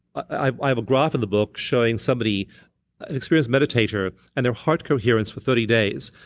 i have a graph in the book showing somebody, an experienced meditator, and their heart coherence for thirty days,